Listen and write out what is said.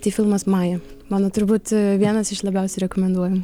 tai filmas maja mano turbūt vienas iš labiausiai rekomenduojamų